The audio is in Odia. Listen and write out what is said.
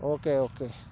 okay okay